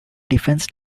defense